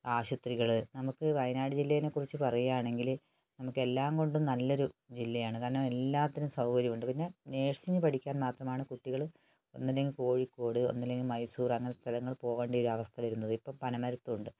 ആശുത്രികൾ നമുക്ക് വയനാട് ജില്ലെനെക്കുറിച്ച് പറയുകയാണെങ്കിൽ നമുക്ക് എല്ലാം കൊണ്ടും നല്ലൊരു ജില്ലയാണ് കാരണം എല്ലാത്തിനും സൗകര്യമുണ്ട് പിന്നെ നഴ്സിംഗ് പഠിക്കാൻ മാത്രമാണ് കുട്ടികൾ ഒന്നില്ലെങ്കിൽ കോഴിക്കോട് ഒന്നിലെങ്കിൽ മൈസൂർ അങ്ങനത്തെ സ്ഥലങ്ങളിൽ പോകേണ്ടി ഒരു അവസ്ഥ വരുന്നത് ഇപ്പം പനമരത്തുമുണ്ട്